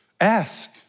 ask